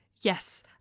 Yes